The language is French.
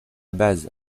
base